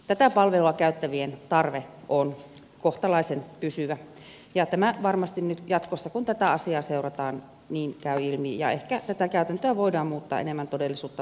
tätä palvelua käyttävien tarve on kohtalaisen pysyvä ja tämä varmasti nyt jatkossa kun tätä asiaa seurataan käy ilmi ja ehkä tätä käytäntöä voidaan muuttaa enemmän todellisuutta vastaavaksi